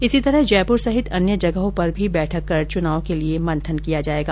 इसी तरह जयपुर सहित अन्य जगहों पर भी बैठक कर चुनाव के लिए मंथन किया जायेगा